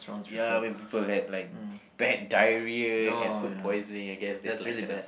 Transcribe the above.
ya when people had like bad diarrhea and food poisoning I guess this like kinda